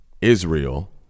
Israel